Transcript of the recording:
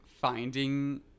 finding